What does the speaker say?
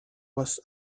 was